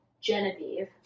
Genevieve